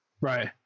Right